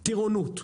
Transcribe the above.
את טירונות,